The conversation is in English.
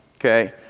okay